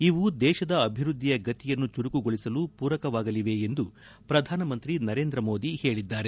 ಇವು ದೇತದ ಅಭಿವೃದ್ದಿಯಗತಿಯನ್ನು ಚುರುಕುಗೊಳಿಸಲು ಪೂರಕವಾಗಲಿವೆ ಎಂದು ಪ್ರಧಾನಮಂತ್ರಿ ನರೇಂದ್ರ ಮೋದಿ ಹೇಳಿದ್ದಾರೆ